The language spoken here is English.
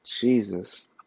Jesus